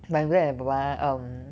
but after that my 爸爸 um